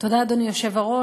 תודה, אדוני היושב-ראש.